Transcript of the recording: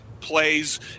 plays